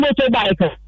motorbike